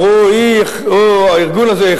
או הארגון הזה,